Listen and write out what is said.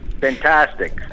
Fantastic